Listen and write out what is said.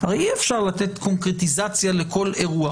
הרי אי-אפשר לתת קונקרטיזציה לכל אירוע,